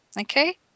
okay